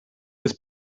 was